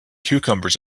cucumbers